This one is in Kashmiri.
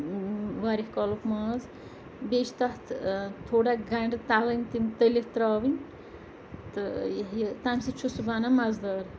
واریاہ کالُک ماز بیٚیہِ چھِ تَتھ تھوڑا گَنٛڈٕ تَلٕنۍ تِم تٔلِتھ ترٛاوٕنۍ تہٕ یہِ ہہ یہِ تَمہِ سۭتۍ چھُ سُہ بَنان مَزٕدار